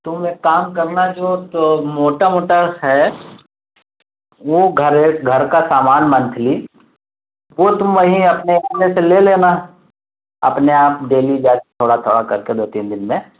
تم ایک کام کرنا جو تو موٹا موٹا ہے وہ گھر گھر کا سامان منتھلی وہ تم وہیں اپنے میں سے لے لینا اپنے آپ ڈیلی جا کے تھوڑا تھوڑا کر کے دو تین دن میں